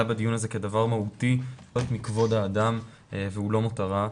בדיון הזה כדבר מהותי --- מכבוד האדם והוא לא מותרה,